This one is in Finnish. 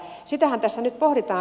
sitähän tässä nyt pohditaan